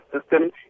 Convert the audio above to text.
system